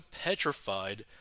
petrified